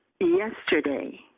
yesterday